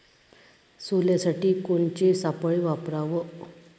सोल्यासाठी कोनचे सापळे वापराव?